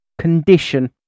condition